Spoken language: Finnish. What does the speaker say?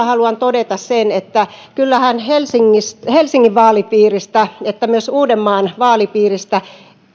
haluan todeta sen että kyllähän sekä helsingin vaalipiiristä että myös uudenmaan vaalipiiristä